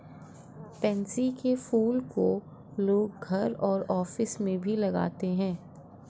pansy के फूल को लोग घर और ऑफिस में भी लगाते है